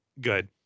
good